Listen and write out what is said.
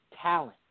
talent